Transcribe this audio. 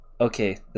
okay